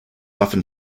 often